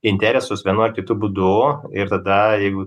interesus vienu ar kitu būdu ir tada jeigu